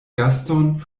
gaston